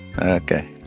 okay